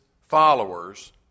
followers